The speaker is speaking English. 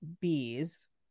bees